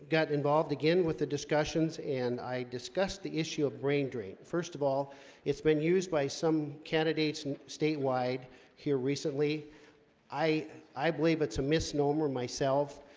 got involved again with the discussions, and i discussed the issue of brain drain first of all it's been used by some candidates and statewide here recently i i believe it's a misnomer myself.